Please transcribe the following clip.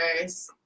first